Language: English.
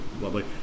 lovely